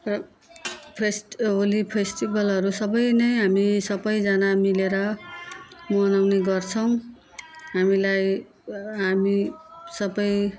र फेस्ट होली फेस्टिभेलहरू सबै नै हामी सबै जाना मिलेर मनाउने गर्छौँ हामीलाई हामी सबै